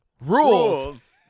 Rules